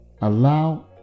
Allow